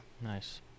nice